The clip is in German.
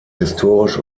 historisch